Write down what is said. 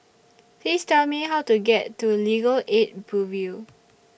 Please Tell Me How to get to Legal Aid Bureau